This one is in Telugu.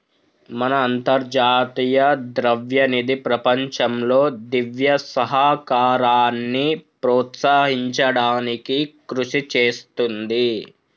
మన అంతర్జాతీయ ద్రవ్యనిధి ప్రపంచంలో దివ్య సహకారాన్ని ప్రోత్సహించడానికి కృషి చేస్తుంది